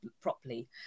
properly